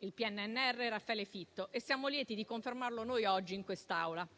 il PNRR Raffaele Fitto, e siamo lieti di confermarlo noi oggi in quest'Aula.